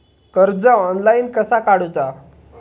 कर्ज ऑनलाइन कसा काडूचा?